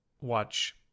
watch